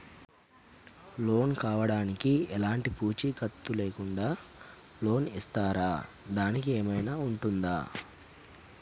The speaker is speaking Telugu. లోన్ కావడానికి ఎలాంటి పూచీకత్తు లేకుండా లోన్ ఇస్తారా దానికి ఏమైనా ఉంటుందా?